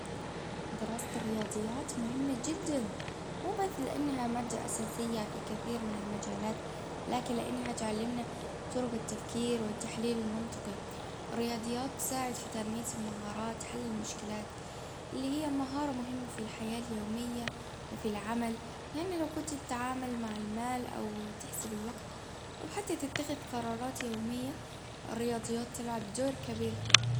دراسة الرياضيات مهمة جدا مو بس لانها مادة اساسية في كثير من المجالات. لكن لانها تعلمنا طرق التفكير والتحليل المنطقي. الرياضيات تساعد في تنمية المهارات حل المشكلات. اللي هي مهارة مهمة في الحياة اليومية. وفي العمل. يعني لو كنت تتعامل مع المال أو تحسب الوجت أو حتى تتخذ قرارات يومية. الرياضيات تلعب دور كبير فيها.